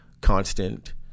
constant